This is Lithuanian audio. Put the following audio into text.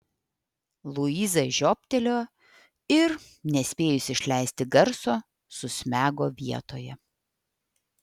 luiza žiobtelėjo ir nespėjusi išleisti garso susmego vietoje